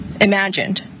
imagined